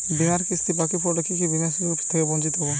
বিমার কিস্তি বাকি পড়লে কি বিমার সুযোগ থেকে বঞ্চিত হবো?